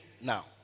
Now